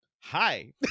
Hi